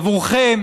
עבורכם